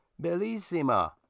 Bellissima